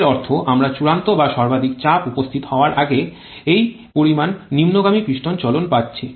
এর অর্থ আমরা চূড়ান্ত বা সর্বাধিক চাপ উপস্থিত হওয়ার আগে এই পরিমাণ নিম্নগামী পিস্টন চলন পাচ্ছি